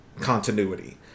continuity